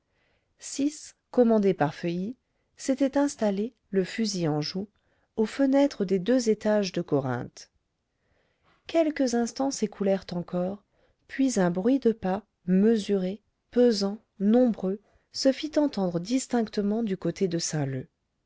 six commandés par feuilly s'étaient installés le fusil en joue aux fenêtres des deux étages de corinthe quelques instants s'écoulèrent encore puis un bruit de pas mesuré pesant nombreux se fit entendre distinctement du côté de